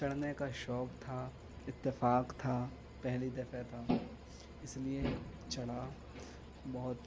چڑھنے کا شوق تھا اتفاق تھا پہلی دفعہ تھا اس لیے چڑھا بہت